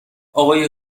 آقای